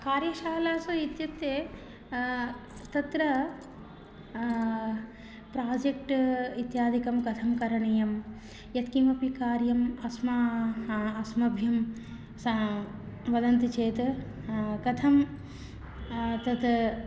कार्यशालासु इत्युक्ते तत्र प्राजेक्ट् इत्यादिकं कथं करणीयं यत्किमपि कार्यम् अस्माकं अस्मभ्यं सा वदन्ति चेत् कथं तत्